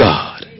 God